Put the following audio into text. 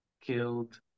killed